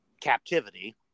captivity